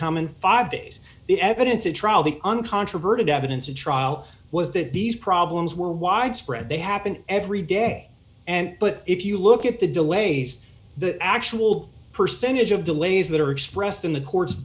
come in five days the evidence a trial the uncontroverted evidence a trial was that these problems were widespread they happen every day and but if you look at the delays the actual percentage of delays that are expressed in the courts